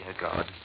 God